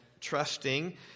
trusting